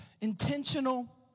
Intentional